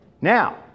Now